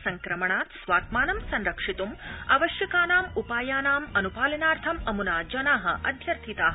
संक्रमणात् स्वात्मानं संरक्षित्ं आवश्यकानाम् उपायानाम् अनुपालनार्थम् अमुना जना अध्यर्थिता